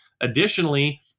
Additionally